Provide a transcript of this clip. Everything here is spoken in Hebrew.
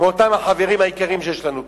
מאותם החברים היקרים שיש לנו פה.